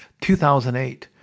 2008